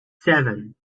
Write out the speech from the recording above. seven